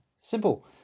simple